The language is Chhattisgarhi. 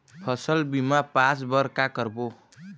फसल बीमा पास बर का करबो?